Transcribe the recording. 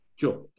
Sure